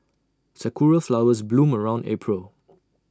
Sakura Flowers bloom around April